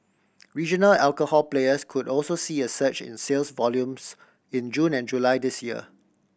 regional alcohol players could also see a surge in sales volumes in June and July this year